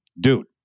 Dude